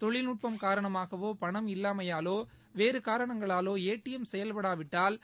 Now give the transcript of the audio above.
தொழில்நுட்பம் காரணமாகவோ பணம் இல்லாமையாலோ வேறு காரணங்களாலோ செயல்படாவிட்டால் ஏடி